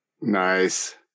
Nice